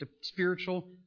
spiritual